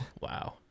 wow